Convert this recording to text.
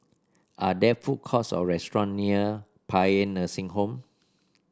are there food courts or restaurant near Paean Nursing Home